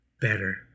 better